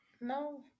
No